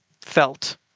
felt